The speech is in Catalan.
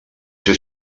ser